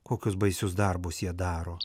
kokius baisius darbus jie daro